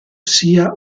sia